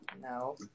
No